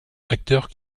acteurs